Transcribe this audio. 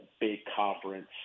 big-conference